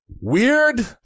weird